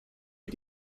wie